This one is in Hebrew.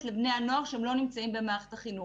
לבני הנוער שהם לא נמצאים במערכת החינוך.